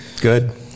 Good